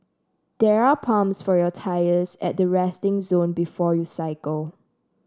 there are pumps for your tyres at the resting zone before you cycle